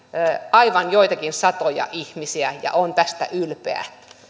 aivan joitakin satoja ihmisiä ja on tästä ylpeä